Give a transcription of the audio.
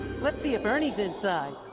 let's see if ernie's inside.